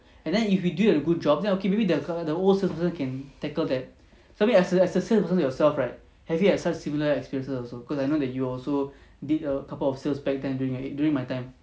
and then if we do a good job then okay maybe the the old salesperson can tackle that so I mean as a salesperson yourself right have you had such similar experiences also cause I know that you also did a couple of sales back them during like during my time